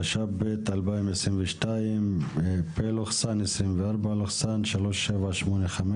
התשפ"ב 2022, פ/3758/24,